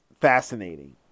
fascinating